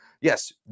yes